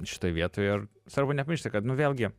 šitoj vietoj ir svarbu nepamiršti kad nu vėlgi